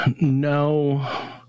No